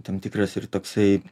tam tikras ir toksai